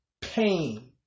Pain